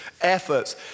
efforts